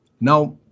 Now